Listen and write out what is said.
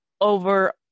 over